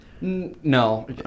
No